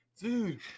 dude